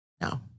No